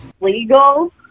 legal